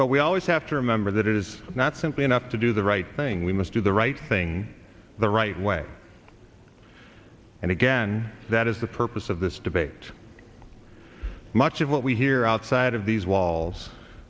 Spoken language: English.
but we always have to remember that it is not simply enough to do the right thing we must do the right thing in the right way and again that is the purpose of this debate much of what we hear outside of these walls